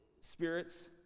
spirits